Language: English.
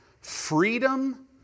freedom